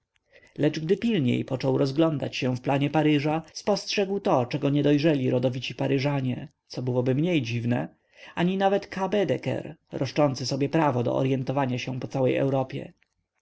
lecz gdy pilniej począł rozglądać się w planie paryża spostrzegł to czego nie dojrzeli rodowici paryżanie co byłoby mniej dziwne ani nawet k baedeker roszczący sobie prawo do oryentowania się po całej europie